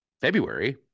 February